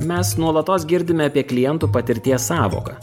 mes nuolatos girdime apie klientų patirties sąvoka